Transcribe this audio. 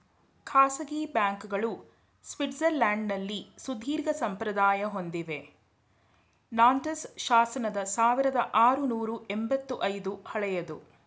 ಖಾಸಗಿ ಬ್ಯಾಂಕ್ಗಳು ಸ್ವಿಟ್ಜರ್ಲ್ಯಾಂಡ್ನಲ್ಲಿ ಸುದೀರ್ಘಸಂಪ್ರದಾಯ ಹೊಂದಿವೆ ನಾಂಟೆಸ್ ಶಾಸನದ ಸಾವಿರದಆರುನೂರು ಎಂಬತ್ತ ಐದು ಹಳೆಯದು